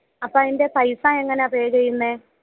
അപ്പോൾ അതിൻ്റെ പൈസ എങ്ങനെയാണ് പേ ചെയ്യുന്നത്